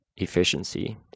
efficiency